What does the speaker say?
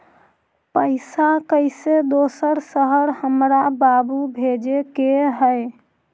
पैसा कैसै दोसर शहर हमरा बाबू भेजे के है?